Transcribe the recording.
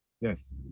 Yes